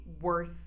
worth